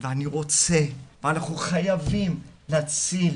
ואני רוצה ואנחנו חייבים להציל